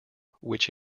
which